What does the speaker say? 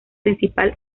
principal